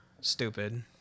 Stupid